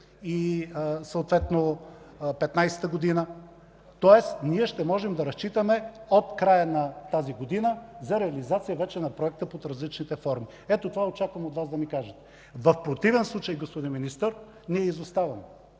рамките на 2015 г. Тоест ние ще можем да разчитаме от края на тази година за реализация вече на проекта под различните форми. Ето това очаквам от Вас да ми кажете. В противен случай, господин Министър, ние изоставаме.